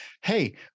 hey